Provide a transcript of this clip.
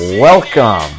Welcome